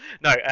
No